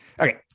Okay